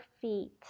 feet